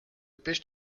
pêche